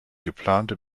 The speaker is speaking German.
geplante